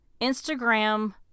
Instagram